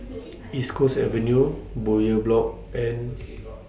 East Coast Avenue Bowyer Block and